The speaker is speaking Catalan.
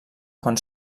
quan